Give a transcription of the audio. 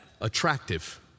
attractive